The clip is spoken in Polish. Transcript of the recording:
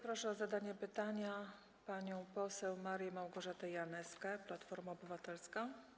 Proszę o zadanie pytania panią poseł Marię Małgorzatę Janyską, Platforma Obywatelska.